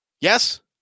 Yes